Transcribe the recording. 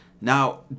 Now